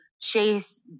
chase